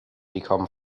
become